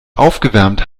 aufgewärmt